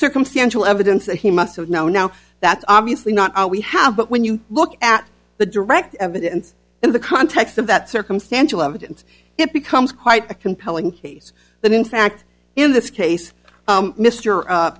circumstantial evidence that he must have known now that's obviously not all we have but when you look at the direct evidence in the context of that circumstantial evidence it becomes quite a compelling case that in fact in this case